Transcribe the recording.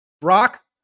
Brock